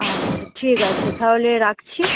আচ্ছা ঠিক আছে তাহলে রাখছি